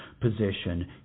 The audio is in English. position